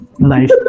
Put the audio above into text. Nice